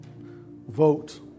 Vote